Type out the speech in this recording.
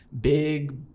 big